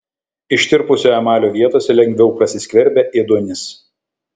ištirpusio emalio vietose lengviau prasiskverbia ėduonis